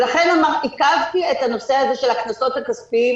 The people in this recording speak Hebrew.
ולכן עיכבתי את הנושא הזה של הקנסות הכספיים,